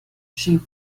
she